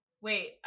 wait